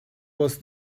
was